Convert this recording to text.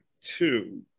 two